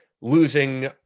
losing